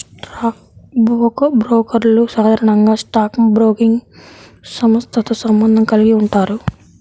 stock బ్రోకర్లు సాధారణంగా stock broking సంస్థతో సంబంధం కలిగి ఉంటారు